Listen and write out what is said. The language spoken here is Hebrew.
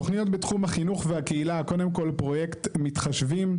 תוכניות בתחום החינוך והקהילה קודם כל פרויקטים "מתחשבים",